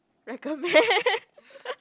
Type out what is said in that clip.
recommend